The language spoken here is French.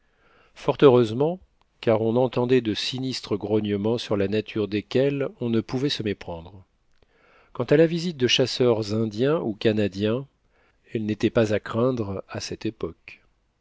fort heureusement car on entendait de sinistres grognements sur la nature desquels on ne pouvait se méprendre quant à la visite de chasseurs indiens ou canadiens elle n'était pas à craindre à cette époque